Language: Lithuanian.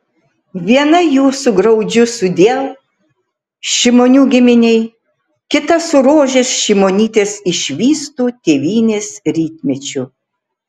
viena jų su graudžiu sudiev šimonių giminei kita su rožės šimonytės išvystu tėvynės rytmečiu